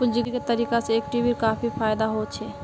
पूंजीगत तरीका से इक्विटीर काफी फायेदा होछे